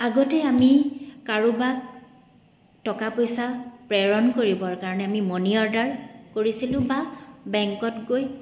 আগতে আমি কাৰোবাক টকা পইচা প্ৰেৰণ কৰিবৰ কাৰণে আমি মানি অৰ্ডাৰ কৰিছিলোঁ বা বেংকত গৈ